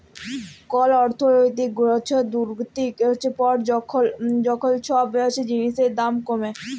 call অর্থলৈতিক দুর্গতির পর যখল ছব জিলিসের দাম কমে